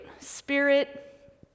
spirit